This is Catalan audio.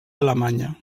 alemanya